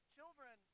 Children